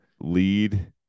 lead